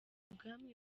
ubwami